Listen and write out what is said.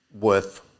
worth